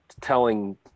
telling